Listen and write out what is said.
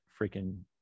freaking